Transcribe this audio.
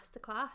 masterclass